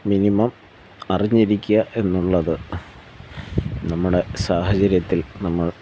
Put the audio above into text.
minimum അറിഞ്ഞിരിക്കുക എന്നുള്ളത് നമ്മുടെ സാഹചര്യത്തിൽ നമ്മൾ